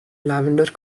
lavender